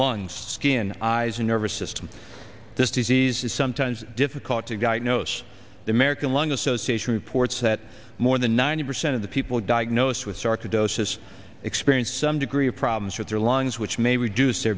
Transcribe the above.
lungs skin in eyes and nervous system this disease is sometimes difficult to god knows the american lung association reports that more than ninety percent of the people diagnosed with sarcoidosis experience some degree of problems with their lungs which may reduce their